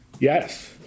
Yes